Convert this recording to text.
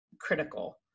critical